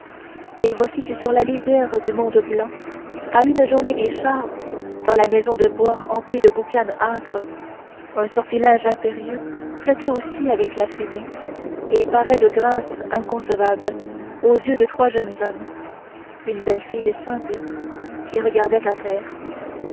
et voici que sur la lisière du monde blanc à une journée des chars dans la maison de bois emplie de boucane âcre un sortilège impérieux flottait aussi avec la fumée et parait de grâces inconcevables aux yeux de trois jeunes hommes une belle fille simple qui regardait à terre